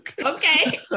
Okay